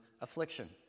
affliction